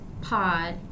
pod